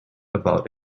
about